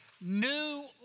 New